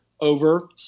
over